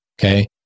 okay